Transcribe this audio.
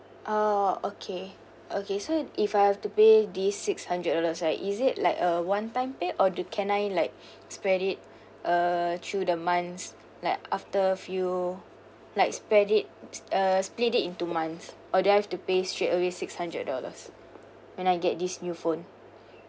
orh okay okay so if I have to pay this six hundred dollars right is it like a one time pay or do can I like spread it uh through the months like after few like spread it uh split into months or do I have to pay straightaway six hundred dollars when I get this new phone